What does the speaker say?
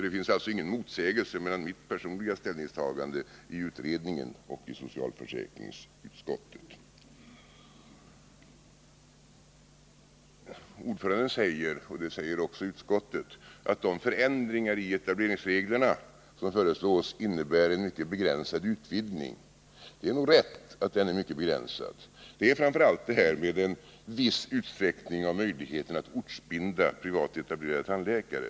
Det finns alltså ingen motsägelse mellan mitt personliga ställningstagande i utredningen och i socialförsäkringsutskottet. Utskottets ordförande sade, och det säger också utskottet, att de förändringar i etableringsreglerna som föreslås innebär en mycket begränsad utvidgning. Det är nog rätt att den är mycket begränsad. Det gäller framför allt en viss utsträckning av möjligheten att ortsbinda privatetablerade tandläkare.